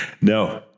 No